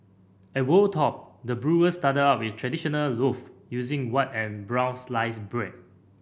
at Wold Top the brewers started out with traditional loave using white and brown sliced bread